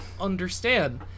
understand